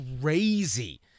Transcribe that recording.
crazy